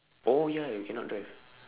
oh ya you cannot drive